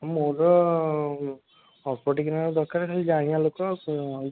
ମୁଁ ତ ଅଳ୍ପ ଟିକେନାକୁ ଦରକାର ଖାଲି ଜାଣିବା ଲୋକ ଆଉ କିଛି